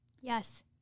Yes